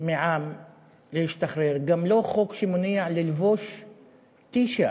מעם להשתחרר, גם לא חוק שמונע ללבוש טי-שירט.